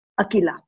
Akila